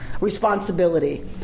responsibility